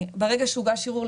כרגע יש לנו חובת סודיות,